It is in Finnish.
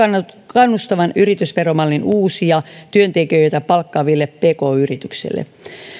kannustavan yritysveromallin uusia työntekijöitä palkkaaville pk yrityksille